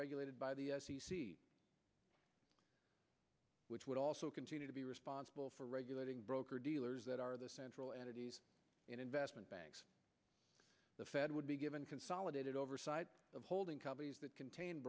regulated by the which would also continue to be responsible for regulating broker dealers that are the central entities and investment banks the fed would be given consolidated oversight of holding companies that contain